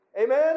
Amen